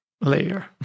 layer